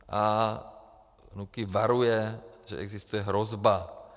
A NÚKIB varuje, že existuje hrozba.